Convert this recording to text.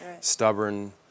stubborn